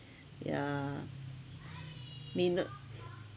yeah may not